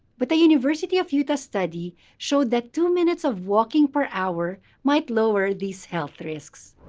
but the university of utah study showed that two minutes of walking per hour might lower these health risks.